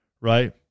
Right